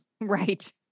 right